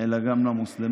אלא גם למוסלמים.